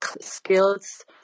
skills